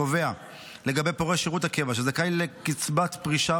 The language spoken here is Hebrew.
קובע לגבי פורש שירות הקבע שזכאי לקצבת פרישה